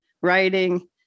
writing